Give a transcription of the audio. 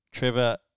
Trevor